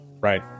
right